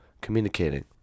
communicating